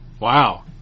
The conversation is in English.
Wow